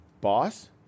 boss